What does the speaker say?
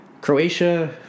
croatia